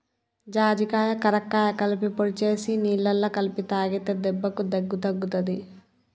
జాజికాయ కరక్కాయ కలిపి పొడి చేసి నీళ్లల్ల కలిపి తాగితే దెబ్బకు దగ్గు తగ్గుతది